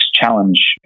Challenge